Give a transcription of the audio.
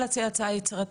את יכולה לעשות גוגל,